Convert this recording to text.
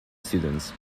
students